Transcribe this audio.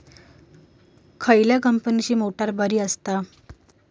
खयल्या कंपनीची मोटार बरी असता?